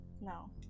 No